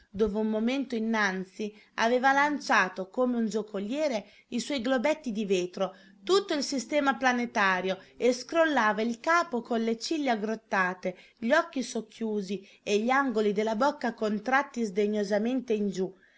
dove un momento innanzi aveva lanciato come un giocoliere i suoi globetti di vetro tutto il sistema planetario e scrollava il capo con le ciglia aggrottate gli occhi socchiusi e gli angoli della bocca contratti sdegnosamente in giù